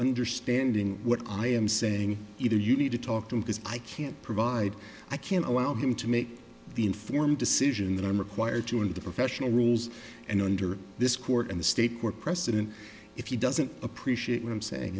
understanding what i am saying either you need to talk to him because i can't provide i can't allow him to make the informed decision that i'm required to and the professional rules and under this court and the state court precedent if he doesn't appreciate what i'm saying